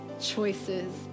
choices